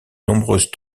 nombreuses